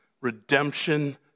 Redemption